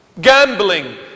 Gambling